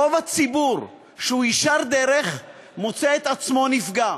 רוב הציבור שהוא ישר-דרך מוצא את עצמו נפגע.